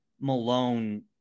Malone